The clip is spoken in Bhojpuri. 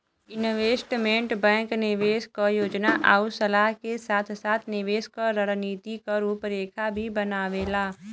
इन्वेस्टमेंट बैंक निवेश क योजना आउर सलाह के साथ साथ निवेश क रणनीति क रूपरेखा भी बनावेला